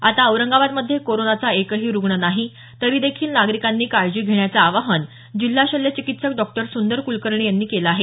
आता औरंगाबाद मध्ये कोरोनाचा एकही रूग्ण नाही तरीदेखील नागरिकांनी काळजी घेण्याचं आवाहन जिल्हा शल्य चिकित्सक डॉक्टर सुंदर कुलकर्णी यांनी केलं आहे